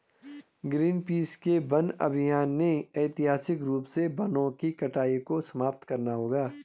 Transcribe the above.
Greenpeace के वन अभियान ने ऐतिहासिक रूप से वनों की कटाई को समाप्त करना होगा